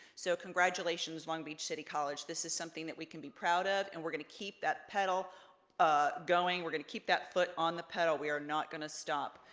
so congratulations long beach city college. this is something that we can be proud of and we're gonna keep that pedal ah going. we're gonna keep that foot on the pedal, we are not gonna stop.